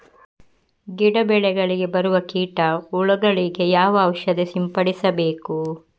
ಗಿಡ, ಬೆಳೆಗಳಿಗೆ ಬರುವ ಕೀಟ, ಹುಳಗಳಿಗೆ ಯಾವ ಔಷಧ ಸಿಂಪಡಿಸಬೇಕು?